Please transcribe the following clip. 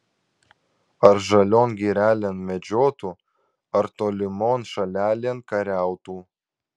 ar žalion girelėn medžiotų ar tolimon šalelėn kariautų